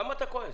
למה אתה כועס?